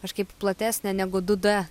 kažkaip platesnė negu du d